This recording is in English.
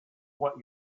what